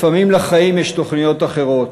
לפעמים לחיים יש תוכניות אחרות.